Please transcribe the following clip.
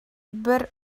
бер